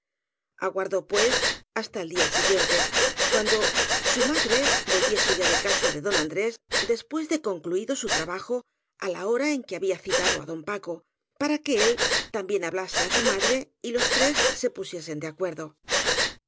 aguardó pues hasta el día siguiente cuando su madre volviese ya de casa de don andrés después de concluido su trabajo ála hora en que había citado á don paco para que él también hablase á su madre y los tres se pusie sen de acuerdo